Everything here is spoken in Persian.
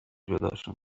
جداشون